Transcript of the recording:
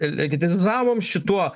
legimitizavom šituo